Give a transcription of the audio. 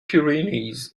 pyrenees